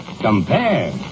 Compare